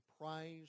prize